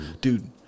Dude